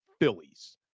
Phillies